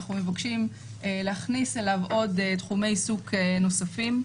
אנחנו מבקשים להכניס אליו עוד תחומי עיסוק נוספים.